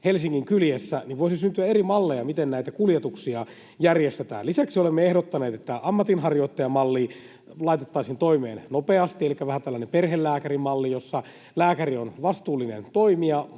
Helsingin kyljessä — ja voisi syntyä eri malleja, miten näitä kuljetuksia järjestetään. Lisäksi olemme ehdottaneet, että ammatinharjoittajamalli laitettaisiin toimeen nopeasti, elikkä vähän tällainen perhelääkärimalli, jossa lääkäri on vastuullinen toimija